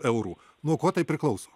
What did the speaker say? eurų nuo ko tai priklauso